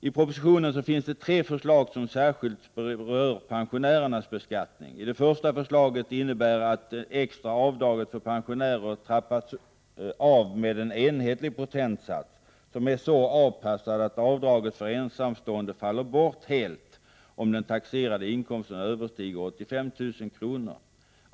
I propositionen finns det tre förslag som särskilt berör pensionärernas beskattning. Det första förslaget innebär att det extra avdraget för pensionärer trappas av med en enhetlig procentsats som är så avpassad att avdraget för ensamstående helt faller bort, om den taxerade inkomsten överstiger 85 000 kr.